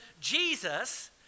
Jesus